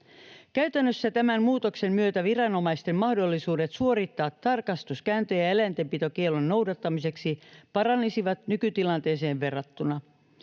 Käytännössä tämän muutoksen myötä viranomaisten mahdollisuudet suorittaa tarkastuskäyntejä eläintenpitokiellon noudattamiseksi paranisivat nykytilanteeseen verrattuna.